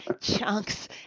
chunks